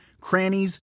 crannies